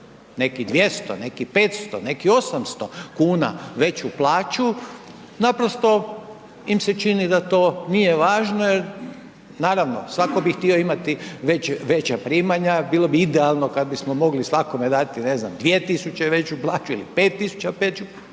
neki 200, neki 500, neki 800 kuna veću plaću naprosto im se čini da to nije važno jer naravno, svatko bi htio imati veća primanja, bilo bi idealno kad bismo mogli svakome dati ne znam 2000 veću plaću ili 5000 veću plaću,